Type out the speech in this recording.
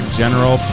general